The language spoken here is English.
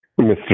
Mr